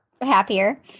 happier